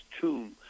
tomb